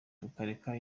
tukareka